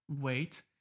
wait